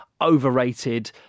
overrated